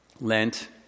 Lent